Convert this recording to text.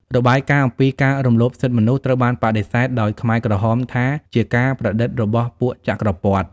របាយការណ៍អំពីការរំលោភសិទ្ធិមនុស្សត្រូវបានបដិសេធដោយខ្មែរក្រហមថាជា «ការប្រឌិតរបស់ពួកចក្រពត្តិ»។